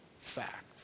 Fact